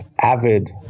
avid